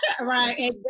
Right